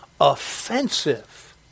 offensive